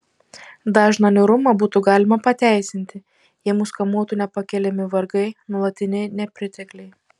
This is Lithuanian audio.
dažną niūrumą būtų galima pateisinti jei mus kamuotų nepakeliami vargai nuolatiniai nepritekliai